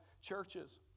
churches